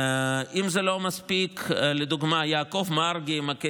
אם זה לא מספיק, לדוגמה, יעקב מרגי, מכירים?